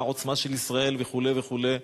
והעוצמה של ישראל וכו' וכו'.